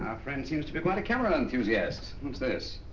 our friend seems to be quite a camera enthusiast. what's this?